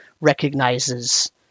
recognizes